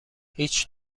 هیچ